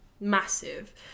massive